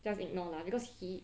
just ignore lah because he